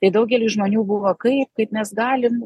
tai daugeliui žmonių buvo kaip taip mes galim